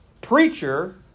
preacher